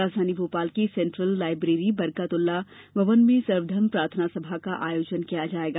राजधानी भोपाल के central library Barkatullah भवन में सर्वधर्म प्रार्थनासभा का आयोजन किया जाएगा